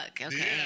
Okay